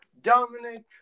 Dominic